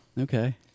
Okay